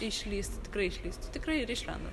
išlįstų tikrai išlįstų tikrai ir išlenda